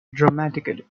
dramatically